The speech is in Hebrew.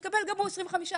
גם הוא יקבל 25 אחוזים.